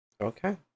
Okay